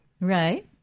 Right